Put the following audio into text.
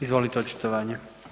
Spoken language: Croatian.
Izvolite očitovanje.